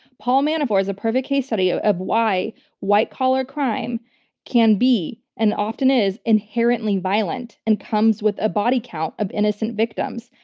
paul manafort is the perfect case study ah of why white collar crime can be and often is inherently violent and comes with a body count of innocent victims,